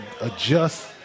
adjust